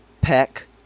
Peck